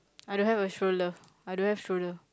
I don't have a stroller don't have stroller